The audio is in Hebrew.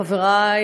חברי,